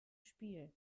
spiel